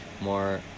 more